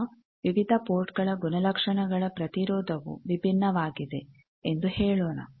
ಈಗ ವಿವಿಧ ಪೋರ್ಟ್ಗಳ ಗುಣಲಕ್ಷಣಗಳ ಪ್ರತಿರೋಧವು ವಿಭಿನ್ನವಾಗಿದೆ ಎಂದು ಹೇಳೋಣ